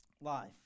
life